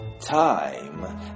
Time